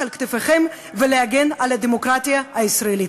על כתפיכם ולהגן על הדמוקרטיה הישראלית.